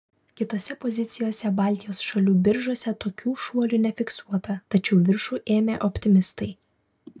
kitose pozicijose baltijos šalių biržose tokių šuolių nefiksuota tačiau viršų ėmė optimistai